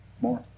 more